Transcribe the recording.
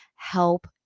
help